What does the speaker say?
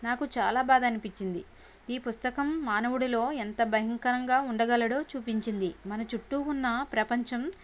నాకు చాలా బాధ అనిపించింది ఈ పుస్తకం మానవుడిలో ఎంత భయంకరంగా ఉండగలడో చూపించింది మన చుట్టూ ఉన్న ప్రపంచం